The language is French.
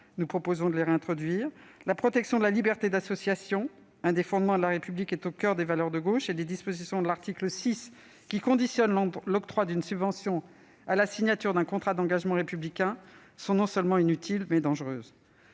Nous proposons de les réintroduire. La protection de la liberté d'association, un des fondements de la République, est au coeur des valeurs de gauche. Les dispositions de l'article 6, conditionnant l'octroi de subvention à la signature d'un contrat d'engagement républicain, sont non seulement inutiles, mais dangereuses.